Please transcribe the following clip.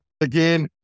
Again